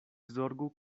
zorgu